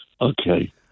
okay